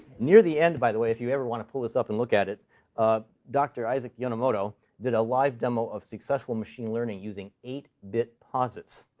near the end, by the way if you ever want to pull this up and look at it dr. isaac yonemoto did a live demo of successful machine learning using eight bit posits.